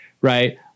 right